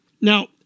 Now